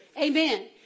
Amen